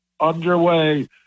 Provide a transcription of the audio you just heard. underway